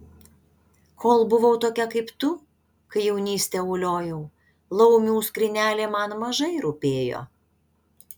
kol buvau tokia kaip tu kai jaunystę uliojau laumių skrynelė man mažai rūpėjo